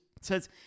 says